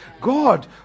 God